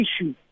issue